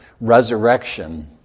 resurrection